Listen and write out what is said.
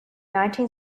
nineteen